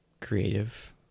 creative